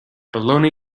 baloney